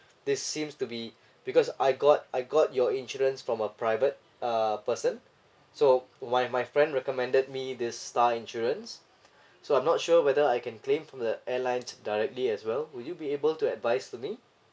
this seems to be because I got I got your insurance from a private uh person so my my friend recommended me this star insurance so I'm not sure whether I can claim from the airlines directly as well would you be able to advise to me